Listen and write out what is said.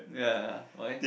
ya ya why